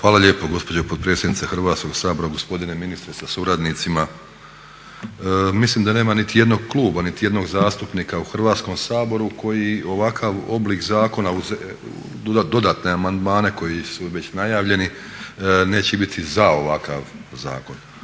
Hvala lijepo gospođo potpredsjednice Hrvatskog sabora, gospodine ministre sa suradnicima. Mislim da nema nijednog kluba, nitijednog zastupnika u Hrvatskom saboru koji ovakav oblik zakona uz dodatne amandmane koji su već najavljeni neće biti za ovakav zakon.